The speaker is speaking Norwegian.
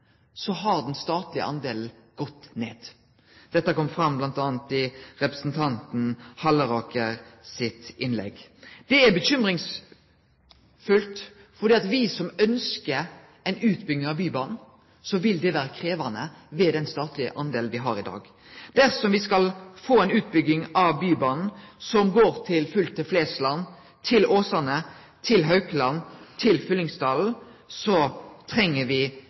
har den statlege delen gått ned. Dette kom fram bl.a. i representanten Halleraker sitt innlegg. Det er bekymringsfullt, meiner me som ønskjer ei utbygging av Bybanen, fordi det vil vere krevjande med den statlege delen me har i dag. Dersom me skal få ei utbygging av Bybanen som går til Flesland, til Åsane, til Haukeland, til Fyllingsdalen, treng